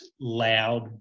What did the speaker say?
loud